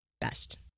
best